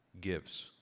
gives